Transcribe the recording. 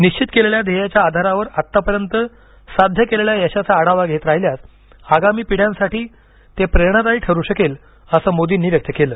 निश्चित केलेल्या ध्येयाच्या आधारावर आतापर्यंत साध्य केलेल्या यशाचा आढावा घेत राहिल्यास आगामी पिढ्यांसाठी ते प्रेरणादायी ठरू शकेल असं मत मोदींनी व्यक्त केलं